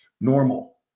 normal